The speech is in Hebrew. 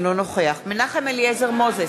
אינו נוכח מנחם אליעזר מוזס,